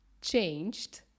changed